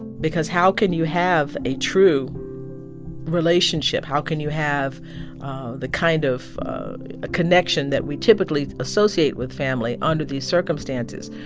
because how can you have a true relationship? how can you have the kind of a connection that we typically associate with family under these circumstances?